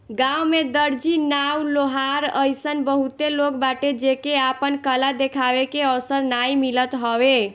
गांव में दर्जी, नाऊ, लोहार अइसन बहुते लोग बाटे जेके आपन कला देखावे के अवसर नाइ मिलत हवे